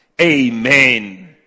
amen